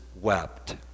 wept